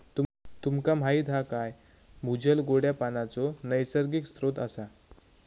तुमका माहीत हा काय भूजल गोड्या पानाचो नैसर्गिक स्त्रोत असा